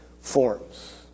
forms